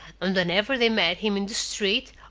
and whenever they met him in the street,